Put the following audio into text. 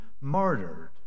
martyred